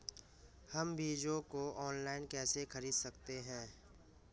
हम बीजों को ऑनलाइन कैसे खरीद सकते हैं?